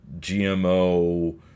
GMO